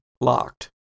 locked